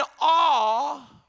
awe